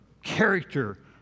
character